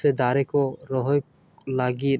ᱥᱮ ᱫᱟᱨᱮ ᱠᱚ ᱨᱚᱦᱚᱭ ᱞᱟᱹᱜᱤᱫ